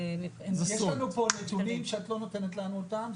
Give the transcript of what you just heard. יש לנו כאן נתונים שת לא נותנת לנו אותם,